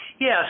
Yes